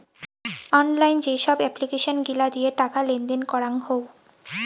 online যেসব application গিলা দিয়ে টাকা লেনদেন করাঙ হউ